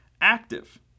active